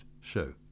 show